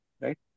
right